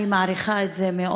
אני מעריכה את זה מאוד,